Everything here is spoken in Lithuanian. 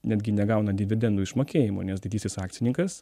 netgi negauna dividendų išmokėjimo nes didysis akcininkas